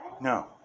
No